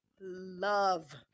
love